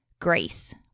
grace